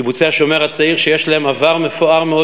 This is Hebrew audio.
לקיבוצי "השומר הצעיר" יש עבר מפואר מאוד